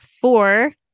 four